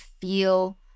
feel